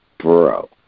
Bro